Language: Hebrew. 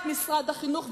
את משרד החינוך,